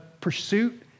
pursuit